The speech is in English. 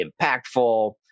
impactful